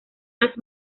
las